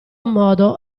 modo